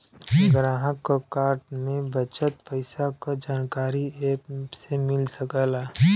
ग्राहक क कार्ड में बचल पइसा क जानकारी एप से मिल सकला